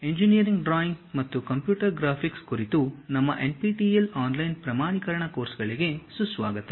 engineering drawing ಮತ್ತು computer graphics ಕುರಿತು ನಮ್ಮ ಎನ್ಪಿಟಿಇಎಲ್ ಆನ್ಲೈನ್ ಪ್ರಮಾಣೀಕರಣ ಕೋರ್ಸ್ಗಳಿಗೆ ಸುಸ್ವಾಗತ